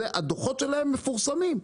הדוחות שלהם מפורסמים,